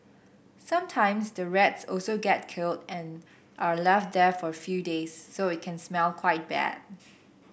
sometimes the rats also get killed and are left there for a few days so it can smell quite bad